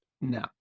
No